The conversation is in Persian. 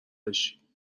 بشی